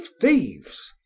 thieves